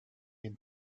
been